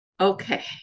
Okay